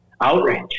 outrage